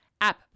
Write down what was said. app